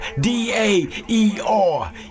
D-A-E-R